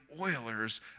Oilers